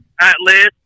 atlas